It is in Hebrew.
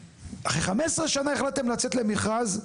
אחרי 15 שנה החלטתם לצאת למכרז,